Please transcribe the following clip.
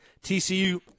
TCU